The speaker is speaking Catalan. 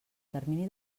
termini